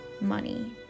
money